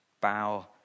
bow